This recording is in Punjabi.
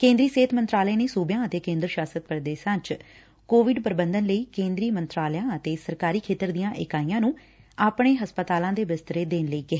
ਕੇਦਰੀ ਸਿਹਤ ਮੰਤਰਾਲੇ ਨੇ ਸੂਬਿਆ ਅਤੇ ਕੇਦਰ ਸ਼ਾਸਤ ਪ੍ਰਦੇਸ਼ਾ ਚ ਕੋਵਿਡ ਪ੍ਰਬੰਧਨ ਲਈ ਕੇਦਰੀ ਮੰਤਰਾਲਿਆ ਅਤੇ ਸਰਕਾਰੀ ਖੇਤਰ ਦੀਆ ਇਕਾਈਆ ਨੂੰ ਆਪਣੇ ਹਸਪਤਾਲਾ ਦੇ ਬਿਸਤਰੇ ਦੇਣ ਲਈ ਕਿਹਾ